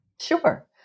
Sure